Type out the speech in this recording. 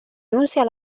anunciar